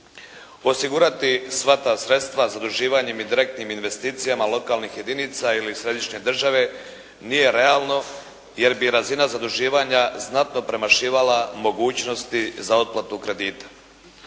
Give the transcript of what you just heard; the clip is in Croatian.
Osigurati sva ta sredstva zaduživanjem i direktnim investicijama lokalnih jedinica ili središnje države, nije realno jer bi razina zaduživanja znatno premašivala mogućnosti za otplatu kredita.